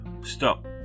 stop